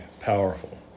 powerful